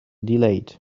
delayed